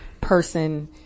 person